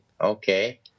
okay